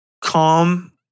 calm